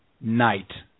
night